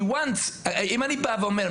אם אני בא ואומר,